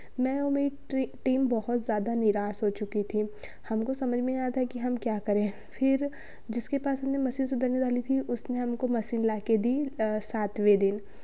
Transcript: मैं और मेरी टीम बहुत ज़्यादा निराश हो चुकी थी हमको समझ में नहीं आया था कि हम क्या करें फिर जिसके पास हमने मशीन सुधारने वाली थी उसने हमको मशीन लाके दी सातवें दिन